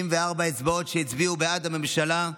64 אצבעות הצביעו בעד הממשלה,